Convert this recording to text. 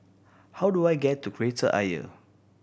how do I get to Kreta Ayer